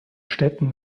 städten